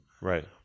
Right